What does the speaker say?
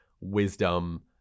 wisdom